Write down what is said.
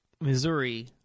Missouri